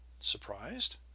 Surprised